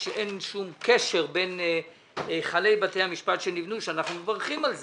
שאין שום קשר בין היכלי בתי המשפט שנבנו שאנחנו מברכים על זה,